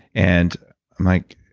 and mike,